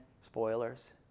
Spoilers